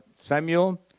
Samuel